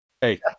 Hey